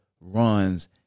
Runs